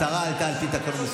השרה עלתה על פי התקנון.